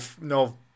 no